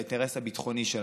באינטרס הביטחוני שלנו.